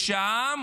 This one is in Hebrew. והעם,